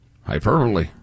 hyperbole